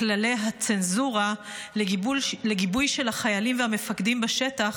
לכללי הצנזורה, לגיבוי של החיילים והמפקדים בשטח,